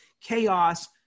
chaos